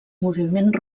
moviment